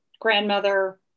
grandmother